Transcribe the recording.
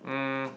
um